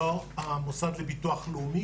לא המוסד לביטוח לאומי,